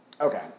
Okay